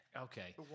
Okay